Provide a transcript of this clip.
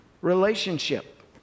relationship